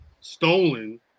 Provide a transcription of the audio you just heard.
Stolen